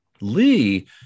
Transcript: Lee